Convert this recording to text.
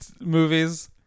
movies